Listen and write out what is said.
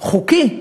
חוקי,